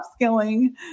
upskilling